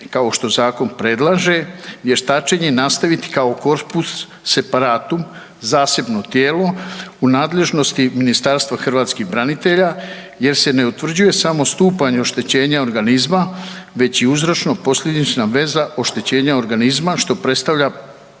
kao što zakon i predlaže vještačenje nastaviti kao corpus separatum zasebno tijelo u nadležnosti Ministarstva hrvatskih branitelja jer se ne utvrđuje samo stupanj oštećenja organizma već i uzročno-posljedična veza oštećenja organizma što predstavlja